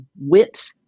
wit